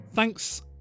Thanks